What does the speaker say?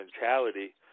mentality